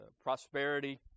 prosperity